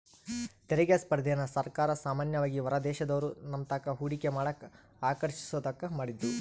ತೆರಿಗೆ ಸ್ಪರ್ಧೆನ ಸರ್ಕಾರ ಸಾಮಾನ್ಯವಾಗಿ ಹೊರದೇಶದೋರು ನಮ್ತಾಕ ಹೂಡಿಕೆ ಮಾಡಕ ಆಕರ್ಷಿಸೋದ್ಕ ಮಾಡಿದ್ದು